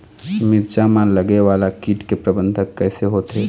मिरचा मा लगे वाला कीट के प्रबंधन कइसे होथे?